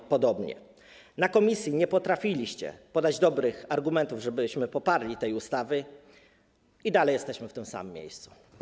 Na posiedzeniu komisji nie potrafiliście podać dobrych argumentów, żebyśmy poparli tę ustawę, i dalej jesteśmy w tym samym miejscu.